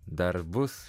dar bus